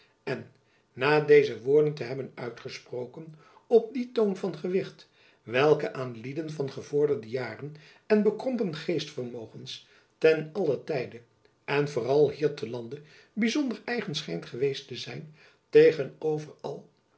en na deze woorden te hebben uitgesproken op dien toon van gewicht welke aan lieden van gevorderde jaren en bekrompen geestvermogens ten allen tijde en vooral hier te lande byzonder eigen schijnt geweest te zijn tegenover al